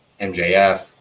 MJF